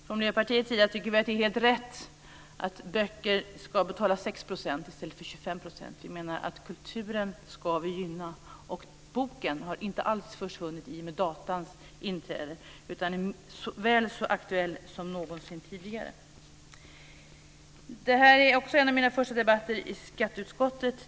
Från Miljöpartiets sida tycker vi att det är helt rätt att böcker ska stå för 6 % i stället för 25 %. Kulturen ska vi gynna, och boken har inte alls försvunnit i och med datorns inträde utan är väl så aktuell som någonsin tidigare. Det här är en av mina första debatter i skatteutskottet.